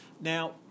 Now